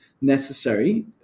necessary